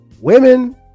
Women